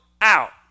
out